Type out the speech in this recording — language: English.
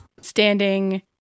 standing